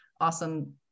awesome